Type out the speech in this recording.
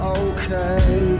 okay